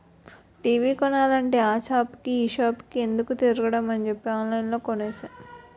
TV కొనాలంటే ఆ సాపుకి ఈ సాపుకి ఎందుకే తిరగడమని ఆన్లైన్లో కొనేసా